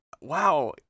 wow